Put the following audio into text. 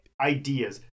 ideas